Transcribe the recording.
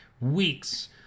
weeks